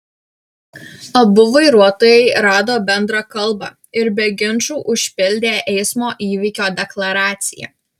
abu vairuotojai rado bendrą kalbą ir be ginčų užpildė eismo įvykio deklaraciją